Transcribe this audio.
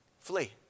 Flee